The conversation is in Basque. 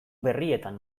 berrietan